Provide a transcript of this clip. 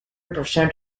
percent